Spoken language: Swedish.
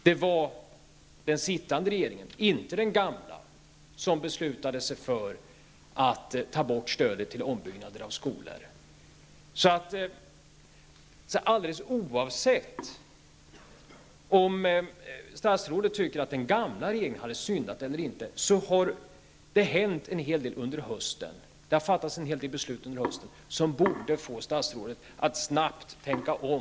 Det var den sittande regeringen, inte den gamla, som beslutade att ta bort stödet till ombyggnader av skolor. Alldeles oavsett om statsrådet tycker att den gamla regeringen hade syndat eller inte, har det hänt en hel del under hösten. Det har under hösten fattats en hel del beslut, som borde få statsrådet att snabbt tänka om.